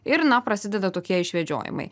ir na prasideda tokie išvedžiojimai